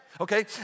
okay